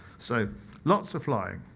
so lots of flying.